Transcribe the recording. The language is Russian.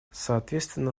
соответственно